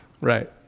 Right